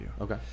okay